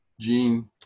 Gene